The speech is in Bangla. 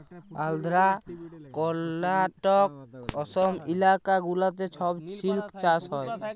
আল্ধ্রা, কর্লাটক, অসম ইলাকা গুলাতে ছব সিল্ক চাষ হ্যয়